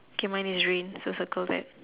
okay mine is rain so circle that